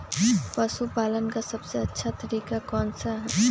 पशु पालन का सबसे अच्छा तरीका कौन सा हैँ?